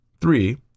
Three